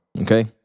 Okay